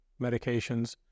medications